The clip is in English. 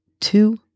two